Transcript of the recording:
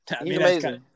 amazing